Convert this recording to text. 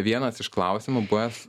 vienas iš klausimų buvęs